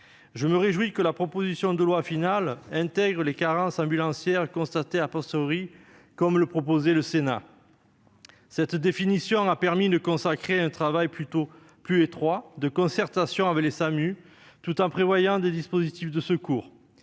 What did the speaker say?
Je me réjouis que la proposition de loi finale intègre les carences ambulancières constatées, comme le proposait le Sénat. Cette définition permet de consacrer l'étroit travail de concertation entre les SDIS et le SAMU, tout en prévoyant des dispositifs de secours.